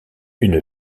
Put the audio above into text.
une